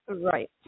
Right